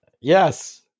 Yes